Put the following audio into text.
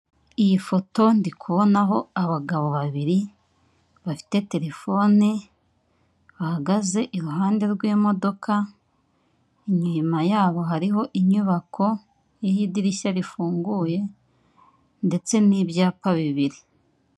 Iyi foto ndi kubonaho abagabo babiri bafite terefone. Bahagaze iruhande rw' imodoka. Inyuma yabo hariho inyubako y' idirishya rifunguye ndetse n'ibyapa bibiri.